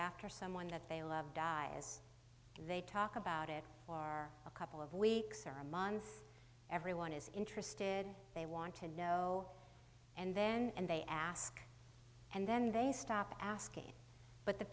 after someone that they love dies they talk about it a couple of weeks or a month everyone is interested they want to know and then they ask and then they stop asking but the